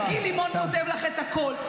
ממילא גיל לימון כותב לך הכול.